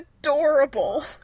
adorable